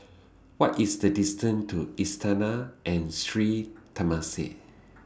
What IS The distance to Istana and Sri Temasek